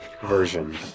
version